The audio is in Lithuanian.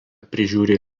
prižiūri